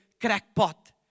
crackpot